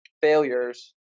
failures